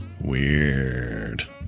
Weird